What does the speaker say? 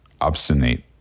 obstinate